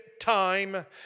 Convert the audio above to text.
time